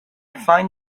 find